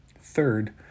Third